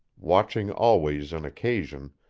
watching always an occasion,